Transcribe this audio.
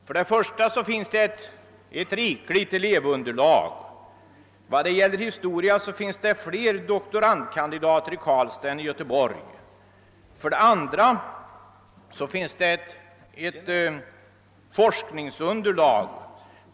För det första finns det ett rikligt elevunderlag. När det gäller historia finnes det fler doktorandkandidater i Karlstad än i Göteborg. För det andra finns det ett forskningsunderlag.